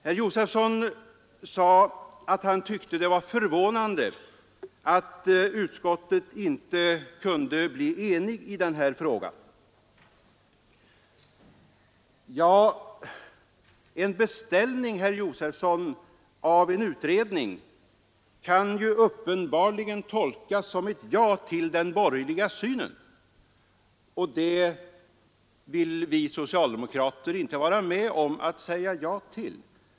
Herr Josefson tycker att det är förvånande att utskottet inte kunde bli enigt i denna fråga. En beställning av en utredning kan uppenbarligen tolkas som ett ja till den borgerliga uppfattningen, och den vill vi socialdemokrater inte vara med om att säga ja till.